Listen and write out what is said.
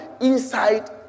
Inside